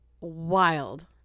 wild